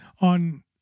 On